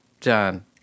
John